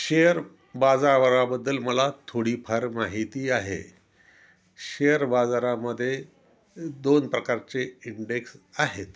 share बाजाराबद्दल मला थोडीफार माहिती आहे शेअर बाजारामध्ये दोन प्रकारचे इंडेक्स आहेत